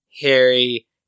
Harry